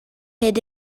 hid